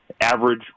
Average